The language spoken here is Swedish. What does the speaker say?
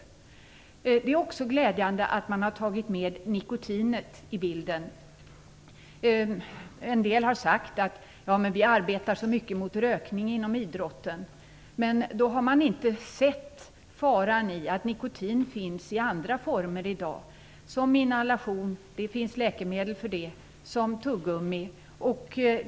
Vidare är det glädjande att nikotinet tagits med i bilden. En del har sagt: Ja, men vi arbetar så mycket mot rökning inom idrotten. Men då har man inte sett faran i att nikotin i dag finns i andra former. Det finns som inhalation, det finns ju läkemedel för det, och som tuggummi.